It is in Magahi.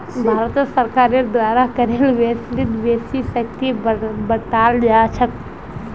भारत सरकारेर द्वारा करेर वसूलीत बेसी सख्ती बरताल जा छेक